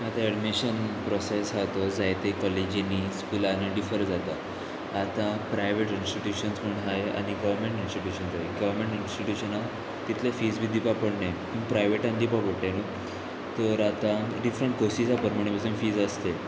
आतां admission process आहा तो जायते कॉलेजीनी स्कुलांनी डिफर जाता आतां प्रायवेट इंस्टिट्युशन्स पूण आहाय आनी गवर्नमेंट इंस्टिट्युशन्स हाय गव्हर्मेंट इंस्टिट्युशनाक तितले फीज बी दिवपा पडले पूण प्रायवेटान दिवपा पडटले न्हू तर आतां डिफरंट कोर्सीस आहा परमाणे पासून फीज आसताय